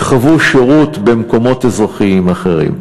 שחוו שירות במקומות אזרחיים אחרים.